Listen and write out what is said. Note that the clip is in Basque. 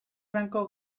franco